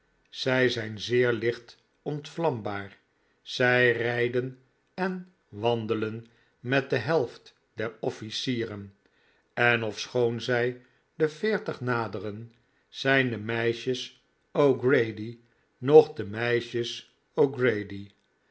zij zijn zeer licht ontvlambaar zij rijden en wandelen met de helft der offlcieren en ofschoon zij de veertig naderen zijn de meisjes o'grady nog de meisjes